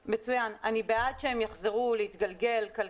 אי אפשר לצפות מזוגות שהיו אמורים להתחתן כבר בחודש יוני,